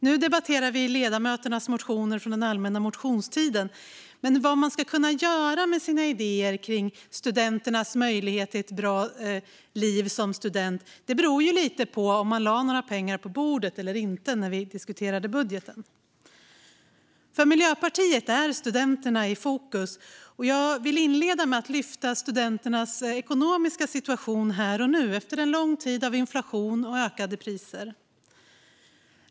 Nu debatterar vi ledamöternas motioner från den allmänna motionstiden, och vad man kan göra med sina idéer om studenternas möjlighet till ett bra liv som student beror lite på om man lade pengar på bordet eller inte när vi diskuterade budgeten. För Miljöpartiet är studenterna i fokus, och jag vill inleda med att lyfta fram studenternas ekonomiska situation här och nu, efter en lång tid av inflation och ökade priser.